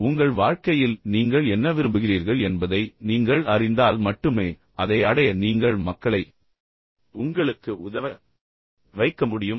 இப்போது உங்கள் வாழ்க்கையில் நீங்கள் உண்மையில் என்ன விரும்புகிறீர்கள் என்பதை நீங்கள் அறிந்தால் மட்டுமே அதை அடைய நீங்கள் மக்களை உங்களுக்கு உதவ வைக்க முடியும்